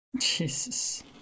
jesus